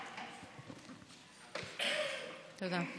תודה.